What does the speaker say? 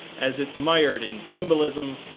as it's mired in symbolism,